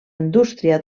indústria